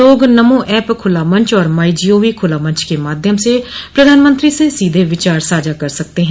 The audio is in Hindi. लोग नमो ऐप खूला मंच और माइ जी ओ वी खुला मंच के माध्यम से भी प्रधानमंत्री से सीधे विचार साझा कर सकते हैं